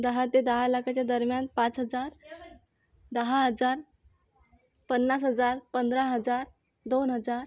दहा ते दहा लाखाच्या दरम्यान पाच हजार दहा हजार पन्नास हजार पंधरा हजार दोन हजार